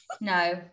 No